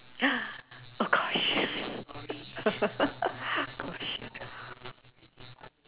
oh gosh oh shit